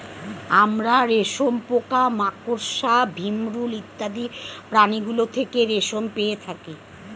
আমরা রেশম পোকা, মাকড়সা, ভিমরূল ইত্যাদি প্রাণীগুলো থেকে রেশম পেয়ে থাকি